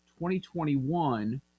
2021